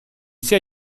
sia